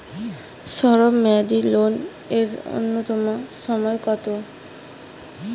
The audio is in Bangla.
স্বল্প মেয়াদী লোন এর নূন্যতম সময় কতো?